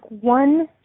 one